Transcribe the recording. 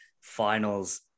finals